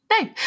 No